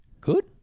Good